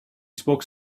spoke